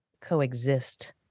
coexist